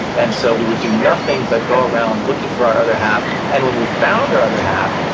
and so we would do nothing but go around looking for our other half, and when we found our other half,